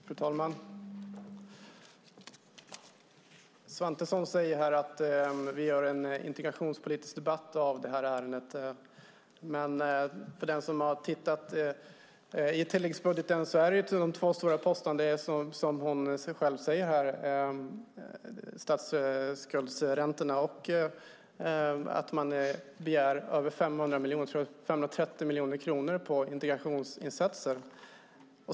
Fru talman! Svantesson säger här att vi gör en integrationspolitisk debatt av det här ärendet. Men den som tittat i tilläggsbudgeten vet att, som Svantesson själv säger, de två stora posterna här är statsskuldräntorna och en begäran om 530 miljoner kronor till integrationsinsatser.